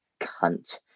cunt